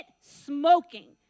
smoking